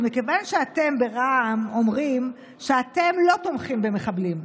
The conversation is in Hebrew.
שמכיוון שאתם ברע"מ אומרים שאתם לא תומכים במחבלים,